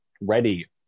ready